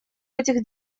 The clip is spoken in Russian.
этих